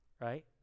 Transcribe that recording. right